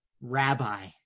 rabbi